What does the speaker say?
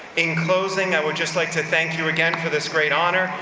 in closing, i would just like to thank you again for this great honor.